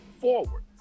forward